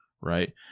Right